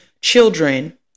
children